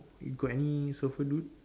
you got any surfer dude